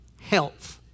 Health